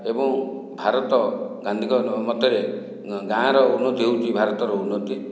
ଏବଂ ଭାରତ ଗାନ୍ଧୀଙ୍କର ମତରେ ଗାଁର ଉନ୍ନତି ହେଉଛି ଭାରତର ଉନ୍ନତି